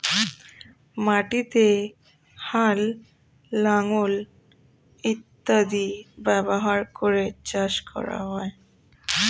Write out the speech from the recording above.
মাটিতে হাল, লাঙল ইত্যাদি ব্যবহার করে চাষ করা হয়